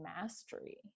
mastery